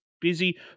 busy